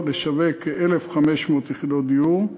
לשווק כ-1,500 יחידות דיור,